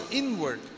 inward